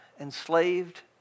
enslaved